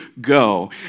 go